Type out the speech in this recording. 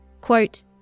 Quote